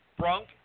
Brunk